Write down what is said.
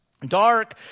dark